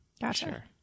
Gotcha